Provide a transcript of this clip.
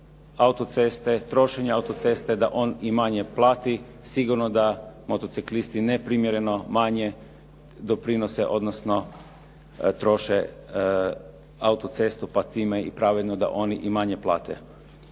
autoceste, trošenja autoceste da on i manje plati sigurno da motociklisti ne primjereno manje doprinose odnosno troše autocestu, pa time i pravedno da oni i manje plate,